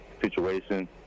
situation